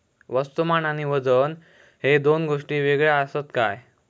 वस्तुमान आणि वजन हे दोन गोष्टी वेगळे आसत काय?